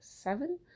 seven